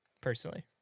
personally